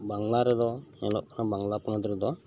ᱵᱟᱝᱞᱟ ᱨᱮᱫᱚ ᱧᱮᱞᱚᱜ ᱠᱟᱱᱟ ᱵᱟᱝᱞᱟ ᱯᱚᱱᱚᱛ ᱨᱮᱫᱚ